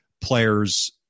players